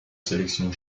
sélections